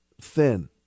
thin